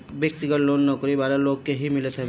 व्यक्तिगत लोन नौकरी वाला लोग के ही मिलत हवे